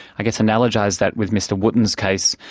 i guess, analogise that with mr wotton's case,